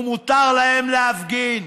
ומותר להם להפגין,